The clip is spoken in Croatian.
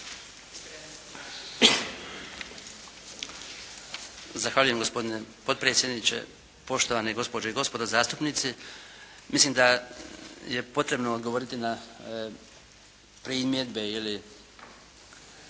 Zahvaljujem. Gospodine potpredsjedniče, poštovane gospođe i gospodo zastupnici. Mislim da je potrebno odgovoriti na primjedbe ili